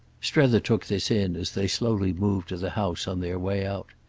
strether took this in as they slowly moved to the house on their way out.